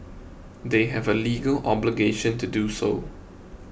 they have a legal obligation to do so